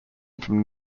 from